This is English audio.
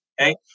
Okay